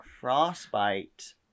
Frostbite